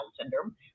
syndrome